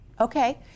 Okay